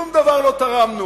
שום דבר לא תרמנו: